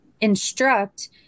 instruct